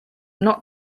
not